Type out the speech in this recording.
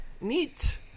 neat